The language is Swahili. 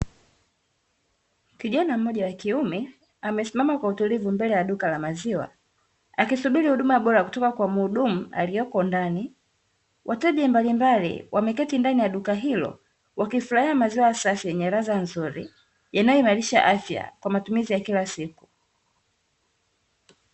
Kijana mmoja wakiume amesimama kwa utulivu, mbele ya duka la maziwa, akisubiri huduma bora kutoka kwa mhudumu aliyeko ndani, wateja mbalimbali wameketi ndani ya duka hilo wakifurahia maziwa safi yenye radha nzuri, yanayoimarisha afya kwa matumizi ya kila siku.